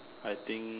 I think